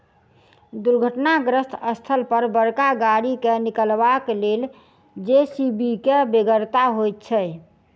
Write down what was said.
दुर्घटनाग्रस्त स्थल पर बड़का गाड़ी के निकालबाक लेल जे.सी.बी के बेगरता होइत छै